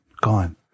gone